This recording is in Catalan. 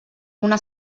una